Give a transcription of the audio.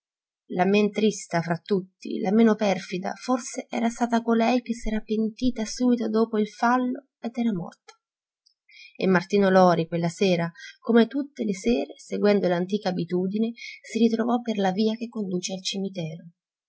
men trista fra tutti la meno perfida forse era stata colei che s'era pentita subito dopo il fallo ed era morta e martino lori quella sera come tutte le sere seguendo l'antica abitudine si ritrovò per la via che conduce al cimitero